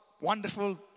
wonderful